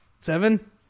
seven